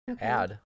Add